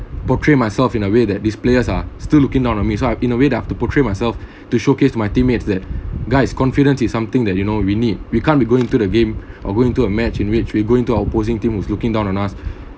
portray myself in a way that these players are still looking down on me so I in the way that I have to portray myself to showcase my teammates that guys confidence is something that you know we need we can't be going to the game or going to a match in which we going to our opposing team was looking down on us